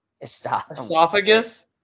Esophagus